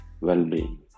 well-being